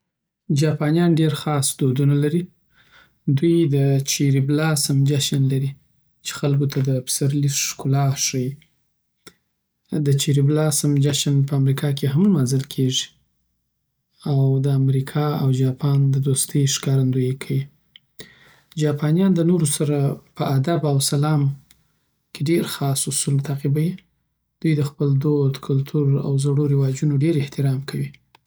جاپانیان ډېر خاص دودونه لری. دوی د چیری بلاسم جشن لری، چې خلکو ته د پسرلي ښکلا ښیی د چیری بلاسم جشن په امریکا کی هم لمانځل کیږی او دامریکا او جاپان ددوستی ښکارندویی کوی جاپانیان د نورو سره په ادب او سلام کې ډېر خاص اصول تعقیبوی. دوی د خپل دود، کلتور او زړو رواجونو ډېر احترام کوی.